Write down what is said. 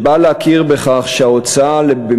ובא להכיר בכך שמשפחה,